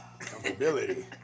Comfortability